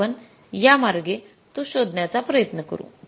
तरी आपण या मार्गे तो मोजण्याचा प्रयत्न करू